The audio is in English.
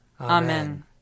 Amen